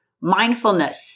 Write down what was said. mindfulness